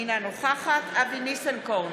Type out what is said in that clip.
אינה נוכחת אבי ניסנקורן,